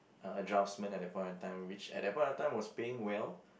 a draftsman at that point of time which at that point of time was paying well